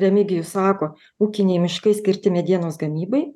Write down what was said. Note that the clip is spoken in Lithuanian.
remigijus sako ūkiniai miškai skirti medienos gamybai